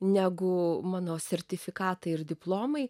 negu mano sertifikatai ir diplomai